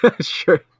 Sure